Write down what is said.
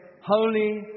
Holy